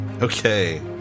Okay